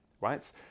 right